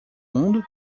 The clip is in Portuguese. mundo